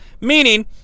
Meaning